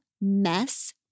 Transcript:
Mess